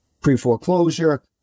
pre-foreclosure